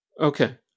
Okay